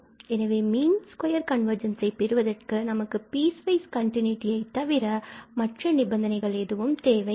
எனவே mean square convergence பெறுவதற்கு நமக்கு பீஸ் வைஸ் கன்டினுடியை தவிர மற்ற நிபந்தனைகள் எதுவும் தேவை இல்லை